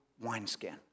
wineskin